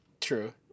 true